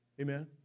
Amen